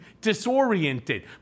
disoriented